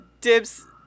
Dibs